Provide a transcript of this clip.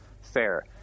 fair